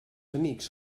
amics